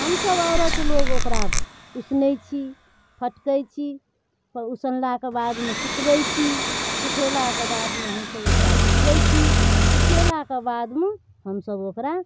हमसब औरत लोग ओकरा उसनैत छी फटकैत छी फेर उसनलाके बादमे सूखबैत छी सूखेलाके बादमे हमसब ओकरा कूटबैत छी कूटेलाके बादमे हमसब ओकरा